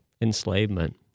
enslavement